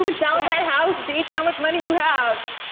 um and sell that house, bitch, how much money you have?